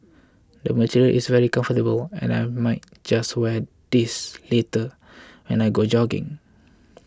the material is very comfortable and I might just wear this later when I go jogging